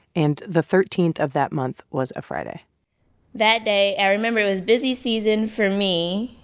and the thirteen of that month was a friday that day, i remember it was busy season for me.